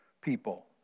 people